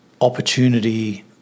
opportunity